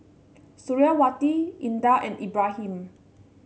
Suriawati Indah and Ibrahim